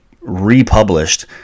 republished